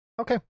Okay